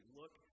look